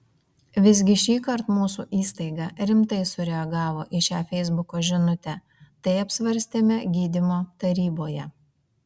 visgi šįkart mūsų įstaiga rimtai sureagavo į šią feisbuko žinutę tai apsvarstėme gydymo taryboje